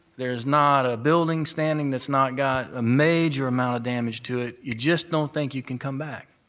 there's not a building standing that's not got a major amount of damage to it, you just don't think you can come back,